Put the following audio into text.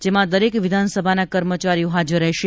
જેમાં દરેક વિધાનસભાના કર્મચારીઓ હાજર રહેશે